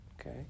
Okay